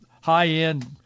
high-end